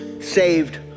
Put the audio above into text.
saved